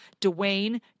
Dwayne